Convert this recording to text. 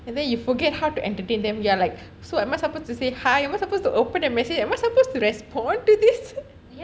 and then you forget how to entertain them you are like so am I supposed to say hi what's supposed to open a message am I supposed to respond to this